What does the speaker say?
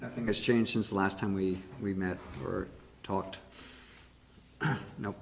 nothing has changed since the last time we we met or talked know